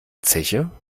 zeche